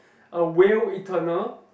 a will eternal